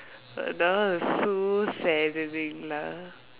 that one is so saddening lah